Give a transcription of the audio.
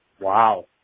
Wow